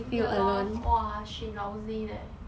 ya lor !wah! she lousy leh